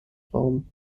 raum